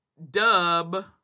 dub